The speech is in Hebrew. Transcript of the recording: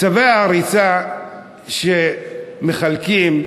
צווי ההריסה שמחלקים במזרח-ירושלים,